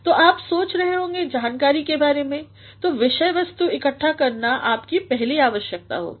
तो आप सच रहे होंगे जानकारी के बारे में तो विषय वस्तुइकट्ठा करनाआपकीपहलीआवश्ख्यकता होगी